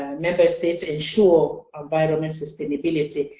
member states ensure environmental sustainability.